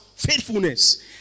faithfulness